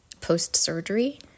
post-surgery